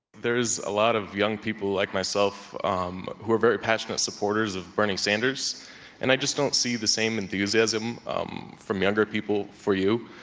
there's a lot of young people like myself who are very passionate supporters of bernie sanders and i just don't see the same enthusiasm from younger people for you.